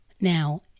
Now